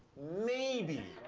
maybe.